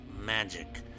magic